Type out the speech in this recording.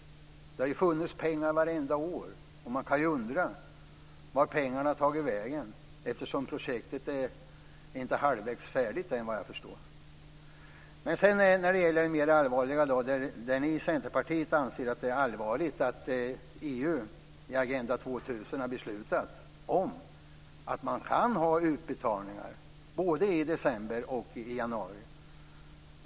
Det har funnits pengar vartenda år, och man kan ju undra vart pengarna har tagit vägen eftersom projektet inte ens är halvvägs färdigt, vad jag förstår. Men så kommer jag till det som ni i Centerpartiet anser är allvarligt, dvs. att EU i Agenda 2000 har beslutat om att man kan ha utbetalningar både i december och i januari.